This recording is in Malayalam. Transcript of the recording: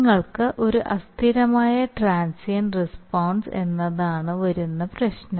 നിങ്ങൾക്ക് ഒരു അസ്ഥിരമായ ട്രാൻസിയൻറ്റ് റെസ്പോൺസ് എന്നതാണ് വരുന്ന പ്രശ്നം